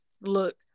look